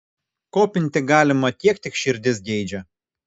kopinti galima kiek tik širdis geidžia